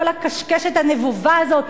כל הקשקשת הנבובה הזאת,